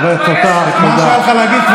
הרי אתה לא מאמין למה שאתה אומר,